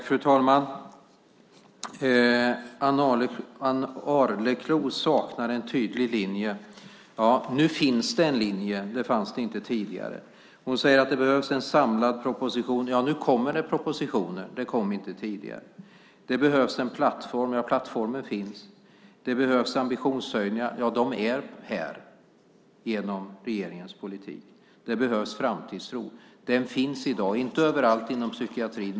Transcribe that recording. Fru talman! Ann Arleklo saknar en tydlig linje. Ja, nu finns det en linje. Det fanns det inte tidigare. Hon säger att det behövs en samlad proposition. Ja, nu kommer det propositioner. Det kom inte tidigare. Det behövs en plattform. Ja, plattformen finns. Det behövs ambitionshöjningar. Ja, de är här genom regeringens politik. Det behövs framtidstro. Den finns i dag. Den finns inte överallt inom psykiatrin.